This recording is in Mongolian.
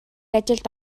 ажилд